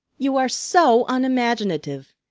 you are so unimaginative!